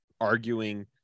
arguing